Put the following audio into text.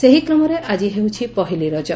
ସେହିକ୍ରମରେ ଆକି ହେଉଛି ପହିଲି ରଜ